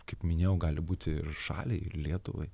kaip minėjau gali būti ir šaliai ir lietuvai